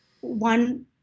one